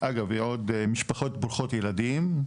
אגב, עוד משפחות ברוכות ילדים,